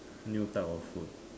new type of food